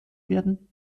werden